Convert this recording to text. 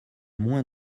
moins